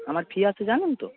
আমার ফি আছে জানেন তো